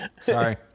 Sorry